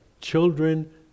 children